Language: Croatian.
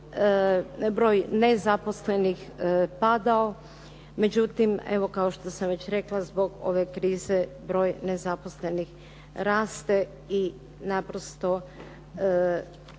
broj nezaposlenih padao, međutim evo kao što sam već rekla zbog ove krize broj nezaposlenih raste i naprosto